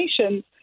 nations